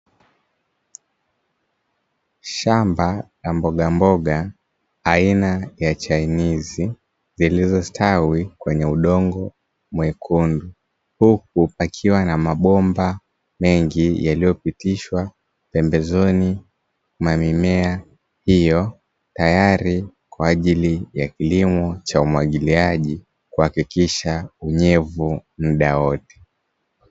Shamba la mbogamboga aina ya chainizi zilizositawi kwenye udongo mwekundu, huku pakiwa na mabomba mengi yaliyopitishwa pembezoni mwa mimea hiyo, tayari kwa ajili ya kilimo cha umwagiliaji, kuhakikisha unyevu muda wote.